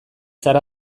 zara